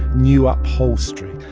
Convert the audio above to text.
new upholstery.